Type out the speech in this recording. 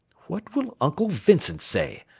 what will uncle vincent say?